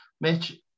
Mitch